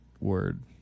word